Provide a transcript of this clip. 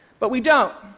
but we don't.